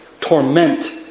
torment